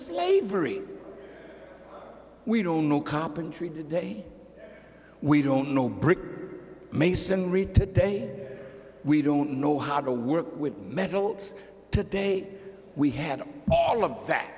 slavery we don't know carpentry today we don't know brick masonry today we don't know how to work with metals today we had all of that